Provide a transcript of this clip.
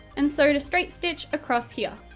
and sewed a straight stitch across here.